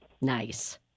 Nice